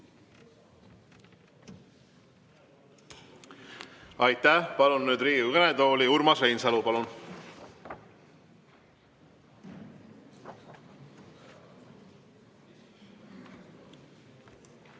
Aitäh! Palun nüüd Riigikogu kõnetooli Urmas Reinsalu. Palun!